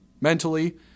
mentally